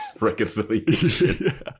reconciliation